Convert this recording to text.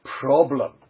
problem